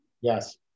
Yes